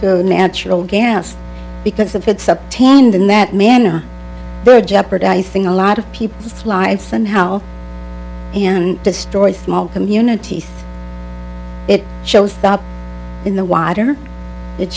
to natural gas because if it's up and in that manner jeopardizing a lot of people's lives and how destroy small communities it shows up in the water it